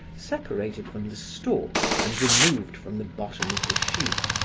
separated from the stalk and removed from the bottom of the sheaf,